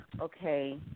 okay